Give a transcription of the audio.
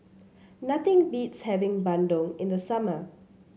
nothing beats having bandung in the summer